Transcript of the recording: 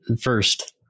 first